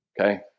okay